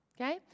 Okay